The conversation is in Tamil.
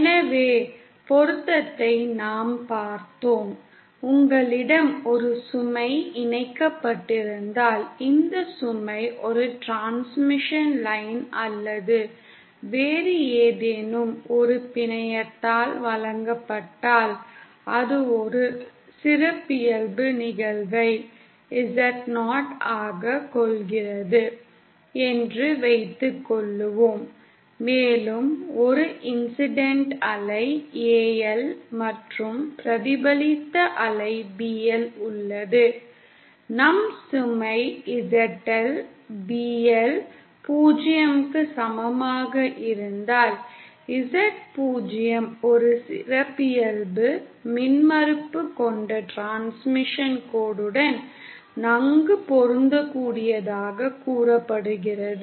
எனவே பொருத்தத்தை நாம் பார்த்தோம் உங்களிடம் ஒரு சுமை இணைக்கப்பட்டிருந்தால் இந்த சுமை ஒரு டிரான்ஸ்மிஷன் லைன் அல்லது வேறு ஏதேனும் ஒரு பிணையத்தால் வழங்கப்பட்டால் அது ஒரு சிறப்பியல்பு நிகழ்வை Z 0 ஆக கொள்கிறது என்று வைத்துக் கொள்வோம் மேலும் ஒரு இன்சிடண்ட் அலை AL மற்றும் பிரதிபலித்த அலை BL உள்ளது நம் சுமை ZL BL 0 க்கு சமமாக இருந்தால் Z 0 ஒரு சிறப்பியல்பு மின்மறுப்பு கொண்ட டிரான்ஸ்மிஷன் கோடுடன் நன்கு பொருந்தக்கூடியதாகக் கூறப்படுகிறது